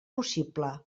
possible